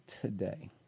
today